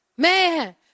Man